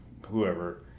whoever